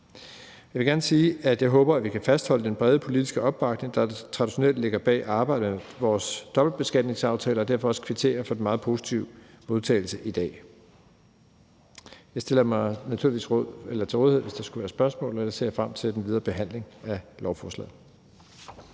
Jeg vil gerne sige, at jeg håber, at vi kan fastholde den brede politiske opbakning, der traditionelt ligger bag arbejdet med vores dobbeltbeskatningsaftaler, og derfor vil jeg også kvittere for den meget positive modtagelse i dag. Jeg stiller mig naturligvis til rådighed, hvis der skulle være spørgsmål, og jeg ser frem til den videre behandling af lovforslaget.